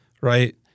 right